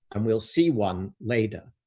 and we'll see one later,